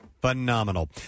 Phenomenal